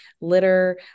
litter